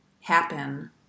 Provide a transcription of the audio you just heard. happen